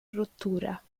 rottura